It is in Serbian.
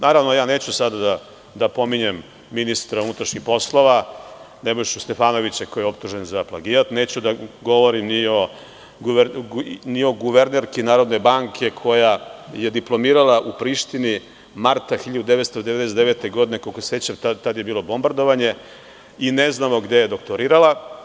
Naravno, ja neću sada da pominjem ministra unutrašnjih poslova Nebojšu Stefanovića koji je optužen za plagijat, neću da govorim ni o guvernerki NBS-a koja je diplomirala u Prištini marta 1999. godine, koliko se sećam tada je bilo bombardovanje i ne znamo gde je doktorirala.